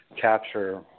capture